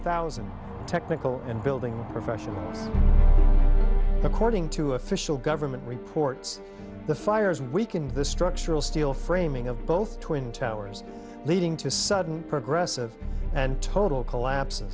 thousand nickel and building professional according to official government reports the fires weakened the structural steel framing of both twin towers leading to a sudden progressive and total collaps